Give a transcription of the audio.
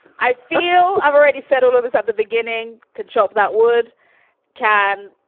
i feel i've already said all of this at the beginning. good job. that word can,